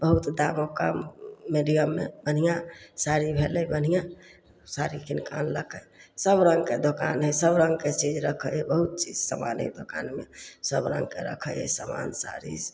बहुत दामो कम मीडियममे बढ़िआँ साड़ी भेलय बढ़िआँ साड़ी किनके आनलकै सभ रङ्गके दोकान हइ सभ रङ्गके चीज रखय हइ बहुत चीज सामान हइ दोकानमे सभ रङ्गके रखय हइ सामान साड़ी